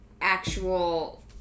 actual